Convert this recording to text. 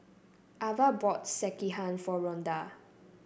Avah bought Sekihan for Ronda